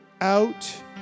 out